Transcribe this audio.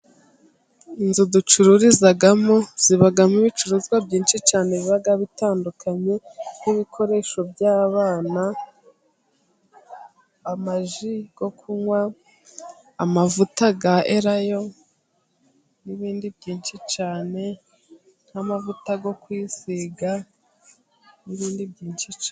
Inzu ducururizamo zibamo ibicuruzwa byinshi cyane biba bitandukanye nk'ibikoresho by'abana, amaji yo kunywa, amavuta ya erayo, n'ibindi byinshi cyane nk'amavuta yo kwisiga n'ibindi byinshi.